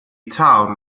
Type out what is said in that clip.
town